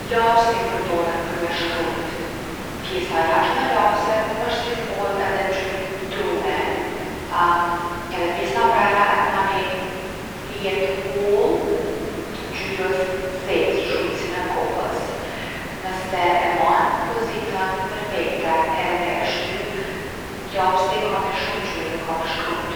Lapsi përdohet për me shkrujt. Pjesa e jashmte e lapsit osht si formë edhe ngjyrë druni edhe pjesa mrena e ka ni fije t’hollë t’ngjyrës t’zezë shumicën e kohës. Nëse e man n’pozitën perfekte edhe e shtyp, lapsi ka me lshu ngjyrë edhe ka me shkrujt.